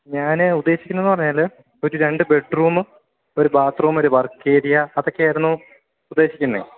ഞാന് ഉദ്ദേശിക്കുന്നതെന്നു പറഞ്ഞാല് ഒരു രണ്ട് ബെഡ്റൂം ഒരു ബാത്റൂം ഒരു വർക്ക് ഏരിയ അതൊക്കെയായിരുന്നു ഉദ്ദേശിക്കുന്നത്